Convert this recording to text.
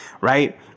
right